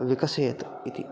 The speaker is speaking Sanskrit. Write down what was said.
विकसयेत् इति